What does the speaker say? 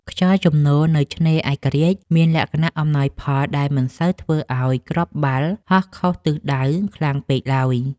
ខ្យល់ជំនោរនៅឆ្នេរឯករាជ្យមានលក្ខណៈអំណោយផល ដែលមិនសូវធ្វើឱ្យគ្រាប់បាល់ហោះខុសទិសដៅខ្លាំងពេកឡើយ។